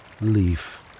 leaf